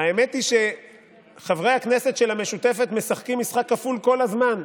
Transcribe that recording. האמת היא שחברי הכנסת של המשותפת משחקים משחק כפול כל הזמן: